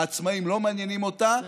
העצמאים לא מעניינים אותה.